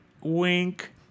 wink